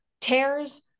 tears